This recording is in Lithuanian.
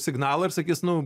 signalą ir sakys nu